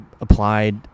applied